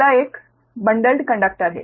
अगला एक bundled conductor है